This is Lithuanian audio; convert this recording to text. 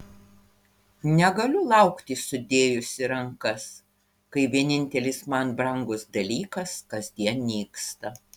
negaliu laukti sudėjusi rankas kai vienintelis man brangus dalykas kasdien nyksta